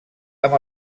amb